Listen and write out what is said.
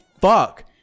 fuck